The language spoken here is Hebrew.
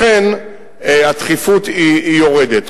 לכן הדחיפות יורדת.